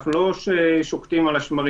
אנחנו לא שוקטים על השמרים.